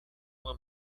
uma